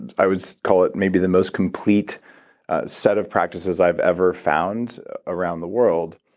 i would call it maybe the most complete set of practices i've ever found around the world.